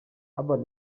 urban